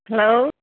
hello